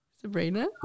Sabrina